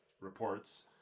reports